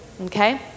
okay